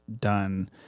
done